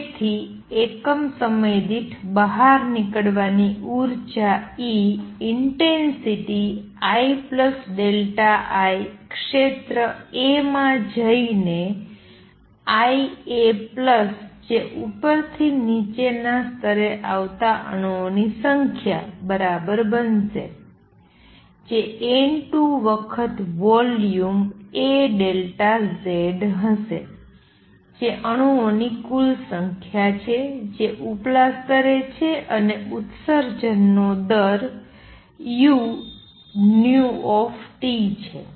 તેથી એકમ સમય દીઠ બહાર નીકળવાની ઉર્જા E ઇંટેંસિટી IΔI ક્ષેત્ર a માં જઈને Ia પ્લસ જે ઉપરથી નીચેના સ્તરે આવતા અણુઓની સંખ્યા બરાબર બનશે જે n2 વખત વોલ્યુમ a ΔZ હશે જે અણુઓની કુલ સંખ્યા છે જે ઉપલા સ્તરે છે અને ઉત્સર્જનનો દર uT છે